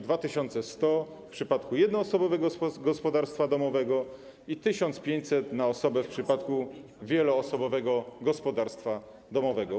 2100 zł w przypadku jednoosobowego gospodarstwa domowego i 1500 zł na osobę w przypadku wieloosobowego gospodarstwa domowego.